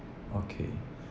okay